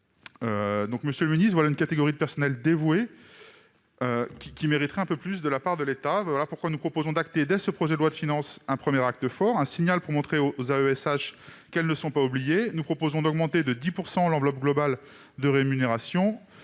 Monsieur le ministre, voilà une catégorie de personnels dévoués qui mériteraient un peu plus de la part de l'État. C'est pourquoi nous proposons de poser, dès ce projet de loi de finances, un premier acte fort : ce serait un signal pour montrer aux AESH qu'ils ne sont pas oubliés. Nous proposons d'augmenter de 10 % l'enveloppe globale allouée